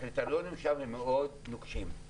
הקריטריונים שם הם מאוד נוקשים.